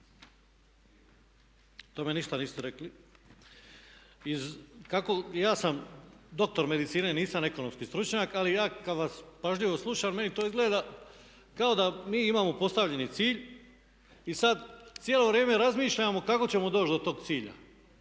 tome ništa niste rekli. Ja sam dr. medicine i nisam ekonomski stručnjak ali ja kad vas pažljivo slušam meni to izgleda kao da mi imamo postavljeni cilj i sad cijelo vrijeme razmišljamo kako ćemo doći do tog cilja.